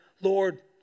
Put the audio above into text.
Lord